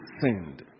sinned